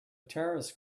terrorist